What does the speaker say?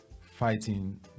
Fighting